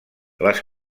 les